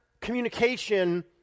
communication